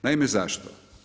Naime zašto?